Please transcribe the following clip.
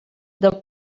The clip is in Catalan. del